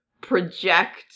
project